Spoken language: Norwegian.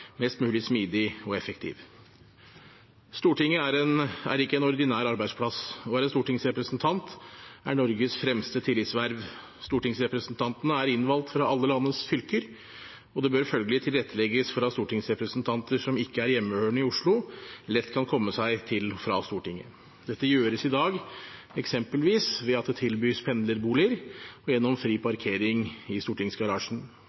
mest mulig smidig og effektiv. Stortinget er ikke en ordinær arbeidsplass, og å være stortingsrepresentant er Norges fremste tillitsverv. Stortingsrepresentantene er innvalgt fra alle landets fylker, og det bør følgelig tilrettelegges for at stortingsrepresentanter som ikke er hjemmehørende i Oslo, lett kan komme seg til og fra Stortinget. Dette gjøres i dag, eksempelvis ved at det tilbys pendlerboliger og gjennom fri parkering i stortingsgarasjen.